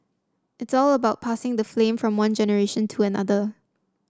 it's all about passing the flame from one generation to another